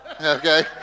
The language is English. okay